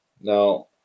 Now